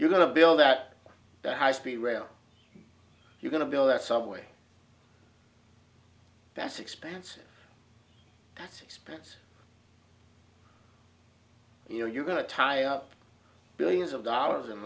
you're going to build that high speed rail you're going to build that subway that's expensive that expense you know you're going to tie up billions of dollars in